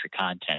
content